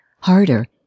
Harder